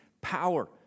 power